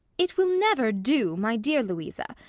it will never do, my dear louisa,